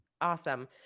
Awesome